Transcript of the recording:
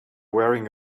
wearing